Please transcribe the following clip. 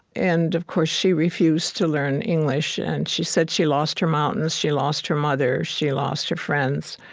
and of course, she refused to learn english. and she said she lost her mountains, she lost her mother, she lost her friends,